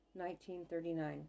1939